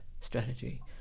strategy